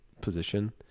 position